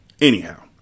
Anyhow